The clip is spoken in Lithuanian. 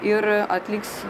ir atliks